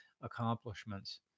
accomplishments